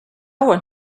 want